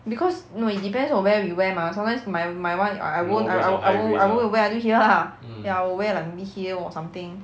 because no it depends on where we wear mah sometimes my my [one] I won't I I I won't wear until here lah ya I will wear like maybe here or something